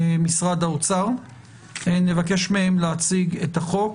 משרד האוצר, נבקש מהם להציג את החוק.